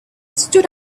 stood